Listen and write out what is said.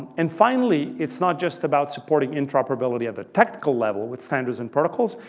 and finally, it's not just about supporting interoperability at the technical level with standards and protocols.